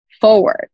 forward